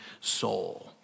soul